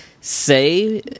say